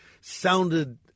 sounded